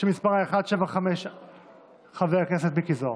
שמספרה 175 חבר הכנסת מיקי זוהר.